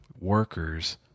workers